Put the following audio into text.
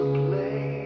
play